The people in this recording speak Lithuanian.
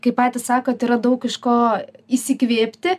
kaip patys sakot yra daug iš ko įsikvėpti